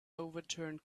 overturned